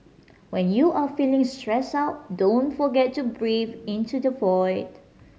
when you are feeling stressed out don't forget to breathe into the void